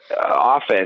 office